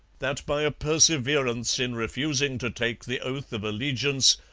that by a perseverance in refusing to take the oath of allegiance,